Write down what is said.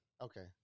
Okay